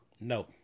No